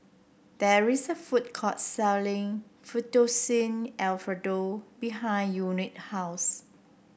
there is a food court selling Fettuccine Alfredo behind Unique house